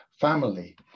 family